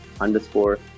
underscore